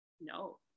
no